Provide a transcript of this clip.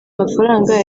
mafaranga